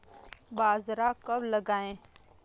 बाजरा कब लगाएँ?